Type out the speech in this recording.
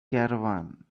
caravan